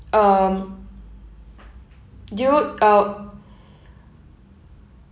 um do you uh